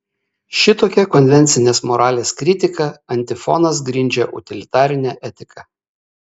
šitokia konvencinės moralės kritika antifonas grindžia utilitarinę etiką